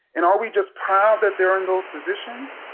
and are we just proud that they're in those positions?